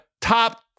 top